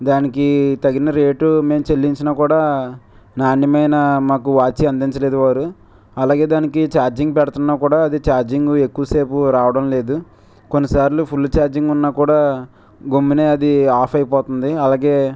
దానికి తగిన రేటు మేము చెల్లించిన కూడా నాణ్యమైన మాకు వాచ్ అందించలేదు వారు అలాగే దానికి ఛార్జింగ్ పెడుతున్న కూడా అది ఛార్జింగ్ ఎక్కువసేపు రావడం లేదు కొన్ని సార్లు ఫుల్ ఛార్జింగ్ ఉన్న కూడా గమ్మున అది ఆఫ్ అయిపోతుంది అలాగే